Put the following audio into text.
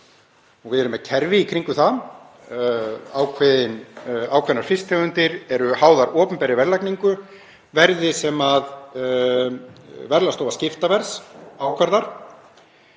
Við erum með kerfi í kringum það. Ákveðnar fisktegundir eru háðar opinberri verðlagningu, verði sem Verðlagsstofa skiptaverðs ákvarðar.